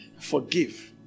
Forgive